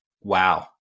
Wow